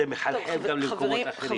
זה מחלחל גם למקומות אחרים,